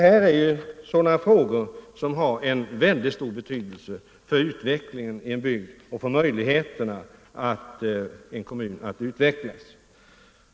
Som jag sade, har kommunikationerna väldigt stor betydelse för utvecklingen av en kommun och för bygdens möjligheter att leva vidare.